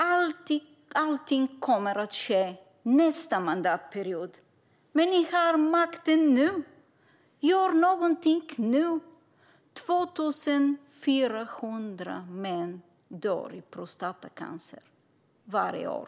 Allting kommer att ske nästa mandatperiod. Men ni har makten nu ! Gör någonting nu! 2 400 män dör i prostatacancer varje år.